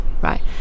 right